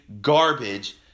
garbage